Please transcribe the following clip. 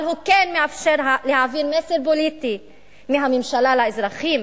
אבל הוא כן מאפשר להעביר מסר פוליטי מהממשלה לאזרחים.